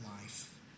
life